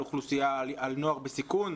על נוער בסיכון.